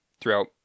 throughout